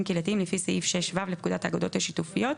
קהילתיים לפי סעיף 6ו לפקודת האגודות השיתופיות."